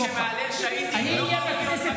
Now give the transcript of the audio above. מי שמהלל שהידים לא ראוי להיות בכנסת.